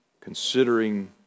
Considering